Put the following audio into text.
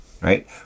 right